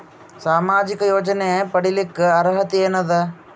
ಸಾಮಾಜಿಕ ಯೋಜನೆ ಪಡಿಲಿಕ್ಕ ಅರ್ಹತಿ ಎನದ?